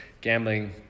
gambling